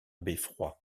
beffroi